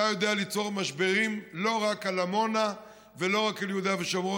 אתה יודע ליצור משברים לא רק על עמונה ולא רק על יהודה ושומרון,